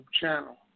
channel